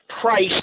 price